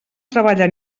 treballa